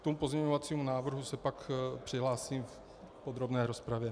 K tomu pozměňovacímu návrhu se pak přihlásím v podrobné rozpravě.